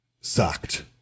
sucked